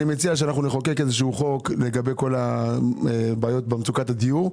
אני מציע שאנחנו נחוקק איזה שהוא חוק לגבי כל הבעיות במצוקת הדיור.